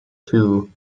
two